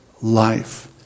life